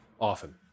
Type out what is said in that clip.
Often